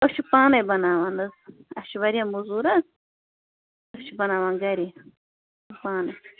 أسۍ چھِ پانَے بَناوان حظ اَسہِ چھُ واریاہ موٚزوٗر حظ أسۍ چھِ بَناوان گرے پانَے